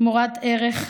מורת ערך,